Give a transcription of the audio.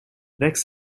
rex